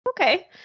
okay